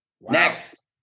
Next